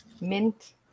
Mint